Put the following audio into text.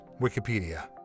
Wikipedia